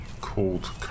called